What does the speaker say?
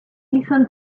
listen